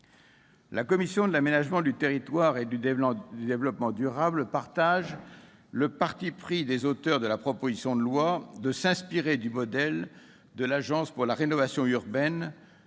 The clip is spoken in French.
La commission de l'aménagement du territoire et du développement durable partage le parti pris des auteurs de la proposition de loi de s'inspirer, pour constituer la nouvelle